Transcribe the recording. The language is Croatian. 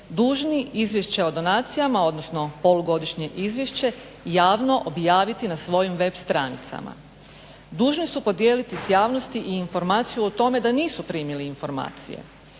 dužni izvješće o donacijama odnosno polugodišnje izvješće javno objaviti na svojim web stranicama. Dužni su podijeliti s javnosti i informaciju o tome da nisu primili informacije